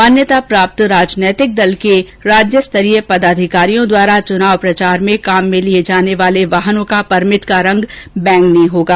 मान्यता प्राप्त राजनीतिक दल के राज्य स्तरीय पदाधिकारियों द्वारा चुनाव प्रचार में उपयोग लाए जाने वाले वाहनों के परमिट का रंग बैंगनी होगा